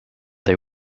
they